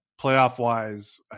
playoff-wise